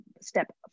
step